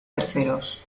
terceros